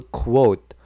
quote